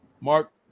Mark